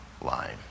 line